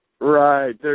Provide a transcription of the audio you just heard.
Right